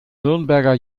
nürnberger